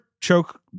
Choke